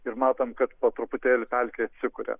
ir matom kad po truputėlį pelkė atsikuria